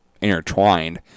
intertwined